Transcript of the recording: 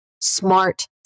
smart